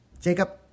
Jacob